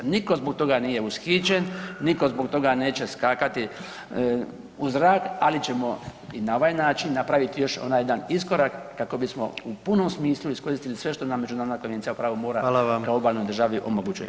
Niko zbog toga nije ushićen, niko zbog toga neće skakati u zrak, ali ćemo i na ovaj način napraviti još onaj jedan iskorak kako bismo u punom smislu iskoristili sve što nam međunarodna Konvencija o pravu mora kao obalnoj državi omogućuje.